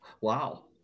Wow